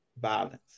Violence